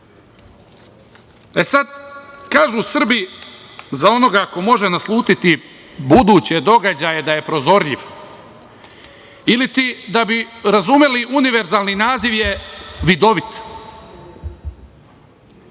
nas. Kažu Srbi za onoga koji može naslutiti buduće događaje da je prozorljiv ili ti da bi razumeli univerzalni naziv - vidovit.